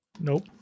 Nope